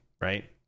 right